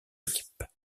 équipe